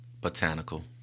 Botanical